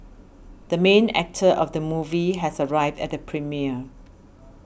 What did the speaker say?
the main actor of the movie has arrived at the premiere